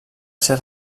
ser